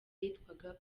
yitwaga